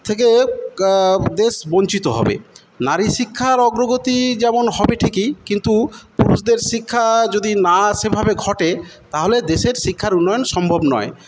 থেকে দেশ বঞ্চিত হবে নারী শিক্ষার অগ্রগতি যেমন হবে ঠিকই কিন্তু পুরুষদের শিক্ষা যদি না সেভাবে ঘটে তাহলে দেশের শিক্ষার উন্নয়ন সম্ভব নয়